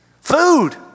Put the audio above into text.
Food